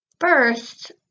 first